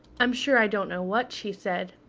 i'm sure i don't know what, she said.